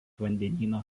vandenyno